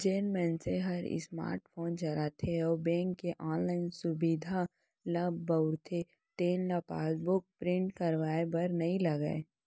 जेन मनसे हर स्मार्ट फोन चलाथे अउ बेंक के ऑनलाइन सुभीता ल बउरथे तेन ल पासबुक प्रिंट करवाए बर नइ लागय